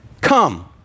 come